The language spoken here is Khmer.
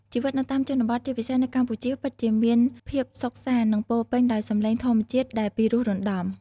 ជីវិតនៅតាមជនបទ ជាពិសេសនៅកម្ពុជា ពិតជាមានភាពសុខសាន្ត និងពោរពេញដោយសំឡេងធម្មជាតិដែលពិរោះរណ្ដំ។